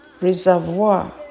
reservoir